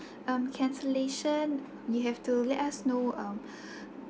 um cancellation you have to let us know um